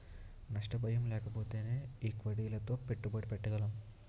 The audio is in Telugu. నష్ట భయం లేకపోతేనే ఈక్విటీలలో పెట్టుబడి పెట్టగలం